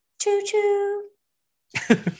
Choo-choo